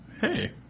hey